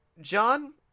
John